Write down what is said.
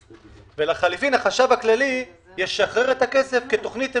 ולחליפין החשב הכללי ישחרר את הכסף כתוכנית המשך.